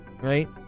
right